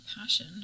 passion